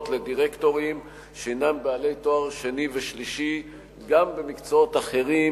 לדירקטורים שהם בעלי תואר שני ושלישי גם במקצועות אחרים,